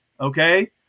okay